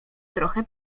trochę